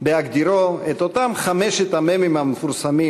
בהגדירו את אותם חמשת המ"מים המפורסמים